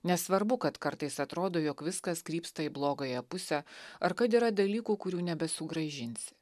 nesvarbu kad kartais atrodo jog viskas krypsta į blogąją pusę ar kad yra dalykų kurių nebesugrąžinsi